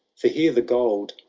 for here the gold,